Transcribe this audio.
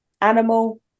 animal